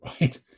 Right